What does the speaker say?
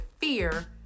fear